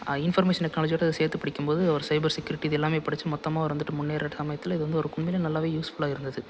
information டெக்னாலஜியோடு சேர்த்து படிக்கும்போது அவர் சைபர் செக்யூரிட்டி இதெல்லாமே படித்து மொத்தமாக அவர் வந்துட்டு முன்னேற சமயத்தில் இது வந்து ஒரு கு உண்மையிலே நல்லாவே யூஸ்ஃபுல்லாக இருந்தது